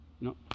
no